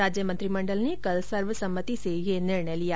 राज्य मंत्रिमंडल ने कल सर्वसम्मति से ये निर्णय लिया